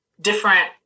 different